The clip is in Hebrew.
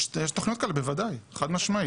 יש תכניות כאלה, בוודאי, חד משמעית.